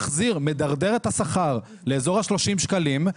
מדרדר את השכר לאזור ה-30 שקלים,